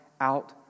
out